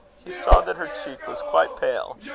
he saw that her cheek was quite pale,